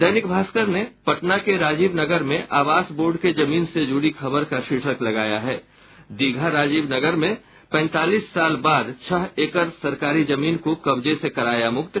दैनिक भास्कर ने पटना के राजीव नगर में आवास बोर्ड के जमीन से जुड़ी खबर का शीर्षक लगाया है दीघा राजीव नगर में पैंतालीस साल बाद छह एकड़ सरकारी जमीन को कब्जे से कराया मुक्त